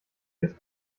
ist